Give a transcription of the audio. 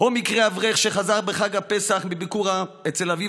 או מקרה האברך שחזר בחג הפסח מביקור אצל אביו